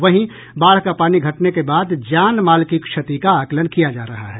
वहीं बाढ़ का पानी घटने के बाद जानमाल की क्षति का आकलन किया जा रहा है